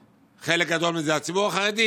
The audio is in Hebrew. וחלק גדול מזה זה הציבור החרדי,